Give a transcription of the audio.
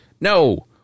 No